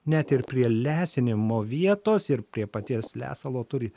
net ir prie lesinimo vietos ir prie paties lesalo turi